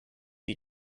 you